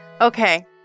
Okay